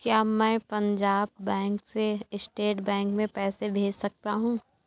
क्या मैं पंजाब बैंक से स्टेट बैंक में पैसे भेज सकता हूँ?